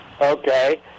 Okay